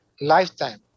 lifetime